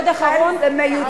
עוד אחד אחרון, זו תמונה